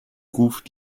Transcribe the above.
ruft